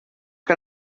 que